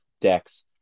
decks